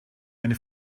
eine